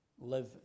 live